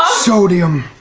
ah sodium,